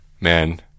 Man